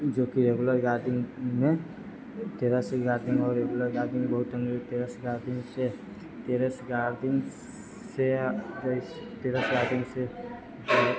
जोकि रेगुलर गार्डनिंगमे terrace gardening आओर रेगुलर गार्डनिंगमे बहुत टेरेस गार्डनिंगसे टेरेस गार्डनिंगसे टेरेस गार्डनिंगसे